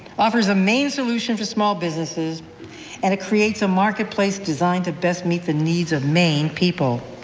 offers a maine solution for small businesses and it creates a marketplace designed to best meet the needs of maine people.